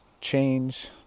change